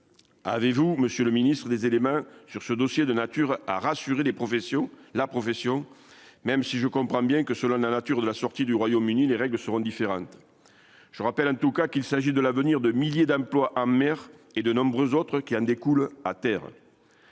avez-vous Monsieur le Ministre, des éléments sur ce dossier, de nature à rassurer les professions la profession même si je comprends bien que cela n'a, nature de la sortie du Royaume-Uni, les règles seront différentes, je rappelle en tout cas, qu'il s'agit de l'avenir de milliers d'emplois amer et de nombreuses autres qui en découlent à terre.